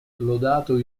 lodato